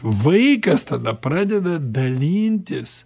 vaikas tada pradeda dalintis